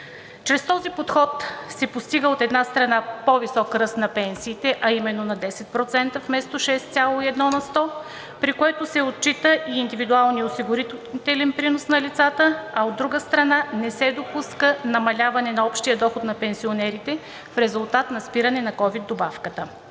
Чрез този подход се постига, от една страна, по-висок ръст на пенсиите, а именно на 10%, вместо 6,1%, при което се отчита и индивидуалният осигурителен принос на лицата, а от друга страна, не се допуска намаляване на общия доход на пенсионерите в резултат на спиране на ковид добавката.